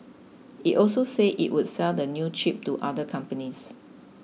it also said it would sell the new chip to other companies